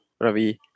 Ravi